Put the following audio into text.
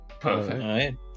Perfect